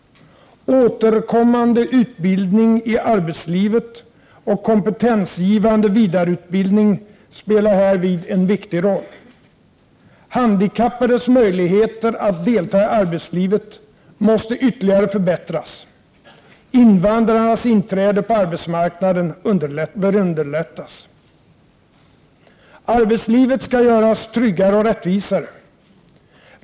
Återkommande utbildning i arbetslivet och kompetensgivande vidareutbildning spelar härvid en viktig roll. Handikappades möjligheter att delta i arbetslivet måste ytterligare förbättras. Invandrarnas inträde på arbetsmarknaden bör underlättas. Arbetslivet skall göras tryggare och rättvisare.